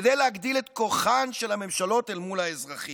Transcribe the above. כדי להגדיל את כוחן של הממשלות מול האזרחים.